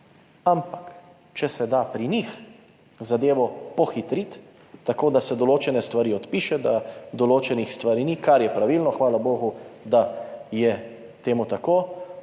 ampak če se da pri njih zadevo pohitriti tako, da se določene stvari odpiše, da določenih stvari ni, kar je pravilno, hvala bogu, da je to tako,